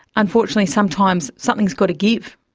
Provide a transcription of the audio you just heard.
unfortunately sometimes something has got to give.